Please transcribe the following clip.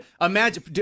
Imagine